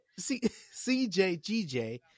CJGJ